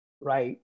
right